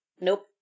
nope